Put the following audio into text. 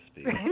speak